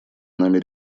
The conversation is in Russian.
нами